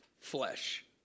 flesh